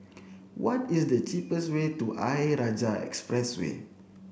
what is the cheapest way to Ayer Rajah Expressway